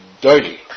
dirty